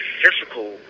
physical